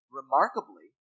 remarkably